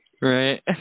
Right